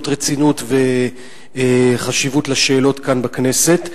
רצינות וחשיבות על שאלות כאן בכנסת.